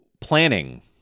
planning